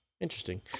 Interesting